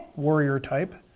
warrior type.